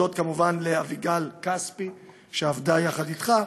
להודות כמובן לאביגל כספי שעבדה יחד אתך.